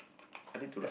I need to like